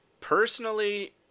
Personally